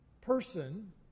person